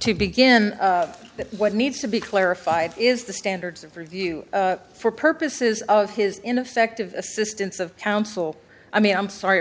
to begin that what needs to be clarified is the standards of review for purposes of his ineffective assistance of counsel i mean i'm sorry